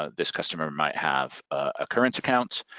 ah this customer might have a current account,